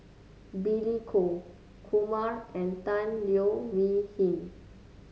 Billy Koh Kumar and Tan Leo Wee Hin